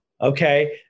okay